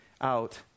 out